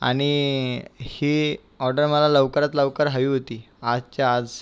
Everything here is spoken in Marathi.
आणि ही ऑर्डर मला लवकरात लवकर हवी होती आजच्या आज